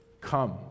Come